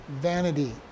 vanity